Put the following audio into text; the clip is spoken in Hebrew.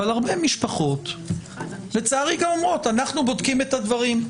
אבל הרבה משפחות לצערי גם אומרות: אנחנו בודקים את הדברים.